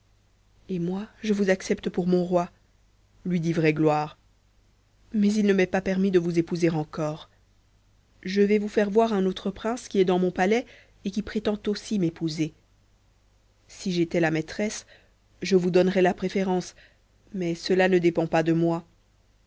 et moi je vous accepte pour mon roi lui dit vraie gloire mais il ne m'est pas permis de vous épouser encore je vais vous faire voir un autre prince qui est dans mon palais et qui prétend aussi m'épouser si j'étais la maîtresse je vous donnerais la préférence mais cela ne dépend pas de moi